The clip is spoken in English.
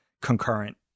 concurrent